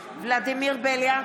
בליאק,